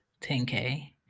10K